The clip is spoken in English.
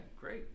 great